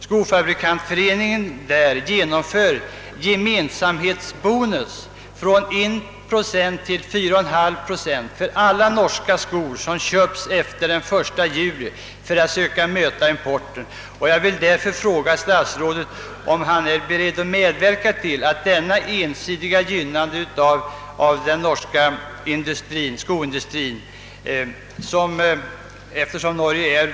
Skofabrikantföreningen i Norge genomför gemensamhetsbonus om 1—4,5 procent för alla norska skor som köps efter den 1 juli för att på det sättet försöka möta importen.